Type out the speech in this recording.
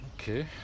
Okay